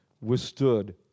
withstood